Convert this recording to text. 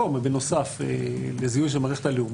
ביומטרי בנוסף לזיהוי של מה שיש היום במערכת הלאומית,